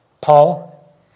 Paul